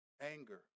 anger